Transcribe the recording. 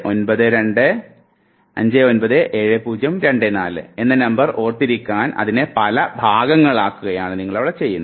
2542592592597024 - എന്ന നമ്പർ ഓർത്തിരിക്കാൻ അതിനെ പല ഭാഗങ്ങളാക്കുന്നു